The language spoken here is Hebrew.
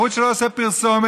ערוץ שלא עושה פרסומת,